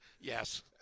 Yes